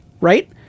right